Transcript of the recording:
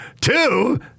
Two